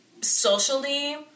socially